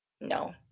No